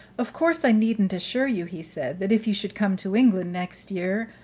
of course i needn't assure you, he said, that if you should come to england next year,